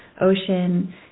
ocean